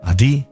Adi